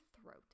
throat